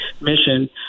mission